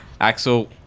Axel